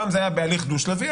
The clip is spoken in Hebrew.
פעם זה היה בהליך דו שלבי,